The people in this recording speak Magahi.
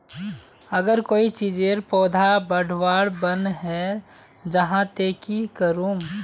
अगर कोई चीजेर पौधा बढ़वार बन है जहा ते की करूम?